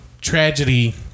tragedy